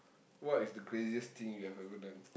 what is the craziest thing you have ever done